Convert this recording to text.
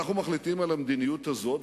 אנחנו מחליטים על המדיניות הזאת,